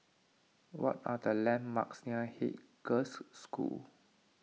what are the landmarks near Haig Girls' School